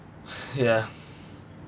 ya